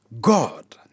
God